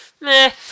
Meh